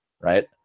right